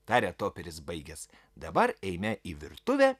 tarė toperis baigęs dabar eime į virtuvę